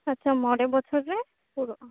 ᱟᱪᱪᱷᱟ ᱢᱚᱬᱮ ᱵᱚᱪᱷᱚᱨ ᱨᱮ ᱯᱩᱨᱟ ᱜᱼᱟ